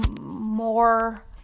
more